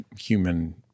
human